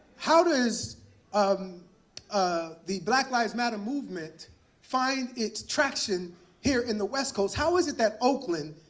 how does um ah the black lives matter movement find its traction here in the west coast? how is it that oakland